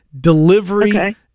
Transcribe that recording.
Delivery